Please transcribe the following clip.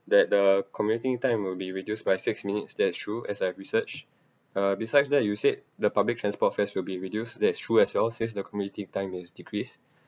that the commuting time will be reduced by six minutes that's true as I research uh besides that you said the public transport fares will be reduced that's true as well since the commuting time is decrease